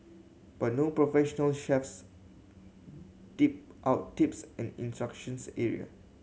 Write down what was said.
but no professional chefs dip out tips and instructions area